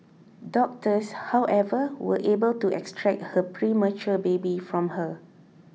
doctors however were able to extract her premature baby from her